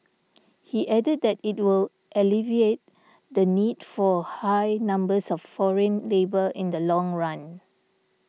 he added that it will alleviate the need for high numbers of foreign labour in the long run